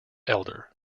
elder